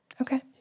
Okay